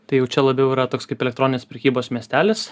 tai jau čia labiau yra toks kaip elektroninės prekybos miestelis